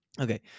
Okay